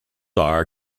are